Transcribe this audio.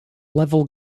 level